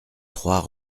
trois